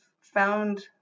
found